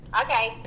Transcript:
Okay